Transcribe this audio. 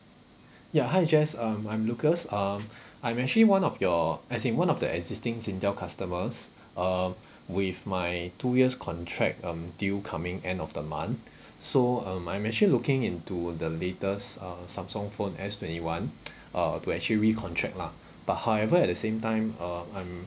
ya hi jess um I'm lucas um I'm actually one of your as in one of the existing Singtel customers uh with my two years contract um due coming end of the month so um I'm actually looking into the latest uh Samsung phone S twenty one uh to actually recontract lah but however at the same time uh I'm